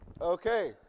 Okay